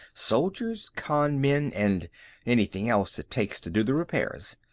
soldiers, con-men and anything else it takes to do the repairs.